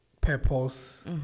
purpose